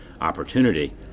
opportunity